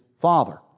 father